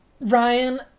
Ryan